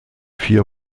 vier